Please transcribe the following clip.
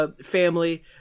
family